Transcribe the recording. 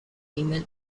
female